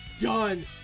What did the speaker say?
done